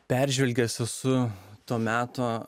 peržvelgęs esu to meto